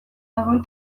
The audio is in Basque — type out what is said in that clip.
dagoen